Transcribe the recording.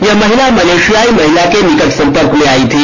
यह महिला मलेशियाई महिला के निकट सम्पर्क में आयी थी